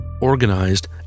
organized